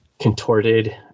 Contorted